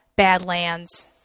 Badlands